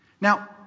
Now